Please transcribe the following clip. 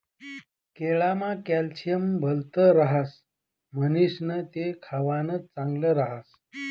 केळमा कॅल्शियम भलत ह्रास म्हणीसण ते खावानं चांगल ह्रास